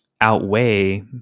outweigh